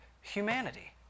humanity